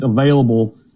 available